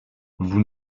vous